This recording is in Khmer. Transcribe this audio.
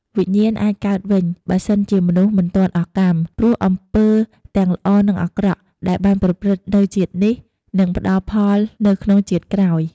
វិញ្ញាណអាចកើតវិញ បើសិនជាមនុស្សមិនទាន់អស់កម្ម ព្រោះអំពើទាំងល្អ និងអាក្រក់ ដែលបានប្រព្រឹត្តនៅជាតិនេះ នឹងបន្តផ្តល់ផលទៅក្នុងជាតិក្រោយ ។